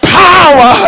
power